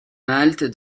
halte